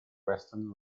western